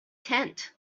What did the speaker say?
tent